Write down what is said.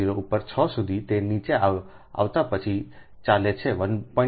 0 ઉપર 6 સુધી તે નીચે આવતા પછી ચાલે છે 1